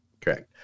Correct